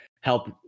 help